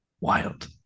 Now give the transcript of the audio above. Wild